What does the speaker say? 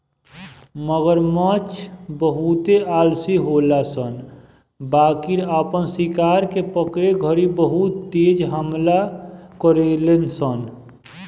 मगरमच्छ बहुते आलसी होले सन बाकिर आपन शिकार के पकड़े घड़ी बहुत तेज हमला करेले सन